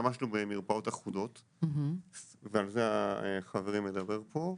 שהשתמשנו במרפאות אחודות, ועל זה חברי מדבר פה.